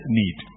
need